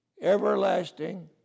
everlasting